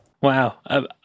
Wow